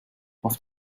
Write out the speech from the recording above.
auf